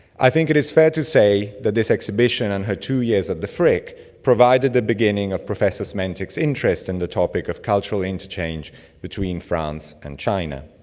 i think it is fair to say that this exhibition and her two years at the frick provided the beginning of professor smentek's interest in the topic of cultural interchange between france and china.